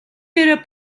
дээрээ